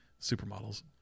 supermodels